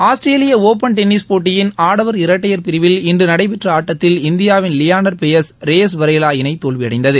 Australian Open tennis போட்டியின் ஆடவர் இரட்டையர் பிரிவில் இன்று நடைபெற்ற ஆட்டத்தில் இந்தியாவின் லியாண்டர் பெயஸ் ரேயஸ் வரேலா இணை தோல்வியடைந்தது